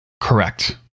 Correct